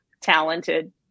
talented